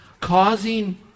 causing